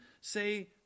say